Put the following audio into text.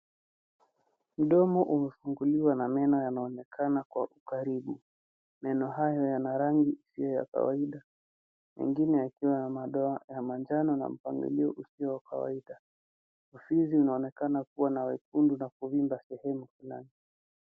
Mdomo umefunguliwa na meno yanaonekana kwa ukaribu meno hayo yanarangi isiyo ya kawaida mengi yakiwa na mado ya manjano na mpangilio usio wa kawaida ufizi unaonekana kuwa mwekundu na kuvimba sehemu flani.